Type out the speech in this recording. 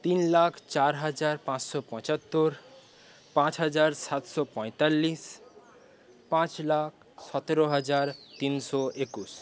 তিন লাখ চার হাজার পাঁচশো পঁচাত্তর পাঁচ হাজার সাতশো পঁয়তাল্লিশ পাঁচ লাখ সতেরো হাজার তিনশো একুশ